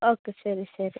okay ശരി ശരി